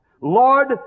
Lord